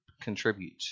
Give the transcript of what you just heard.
contribute